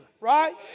Right